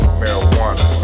marijuana